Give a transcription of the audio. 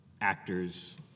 actors